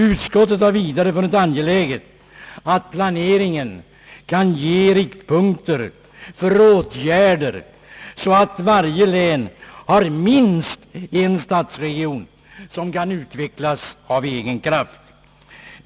Utskottet har vidare funnit det angeläget att planeringen kan ge riktpunkter för åtgärder, så att varje län har minst en stadsregion som kan utvecklas av egen kraft.